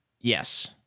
Yes